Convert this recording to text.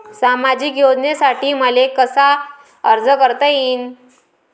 सामाजिक योजनेसाठी मले कसा अर्ज करता येईन?